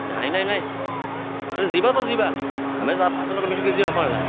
ନାଇଁ ନାଇଁ ନାଇଁ ଯିବା ତ ଯିବା ଆମେ ପାଞ୍ଚ ଲୋକ ମିଶିକି ଯିବା କ'ଣ ହେଲା